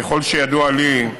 ככל שידוע לי,